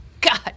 God